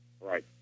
Right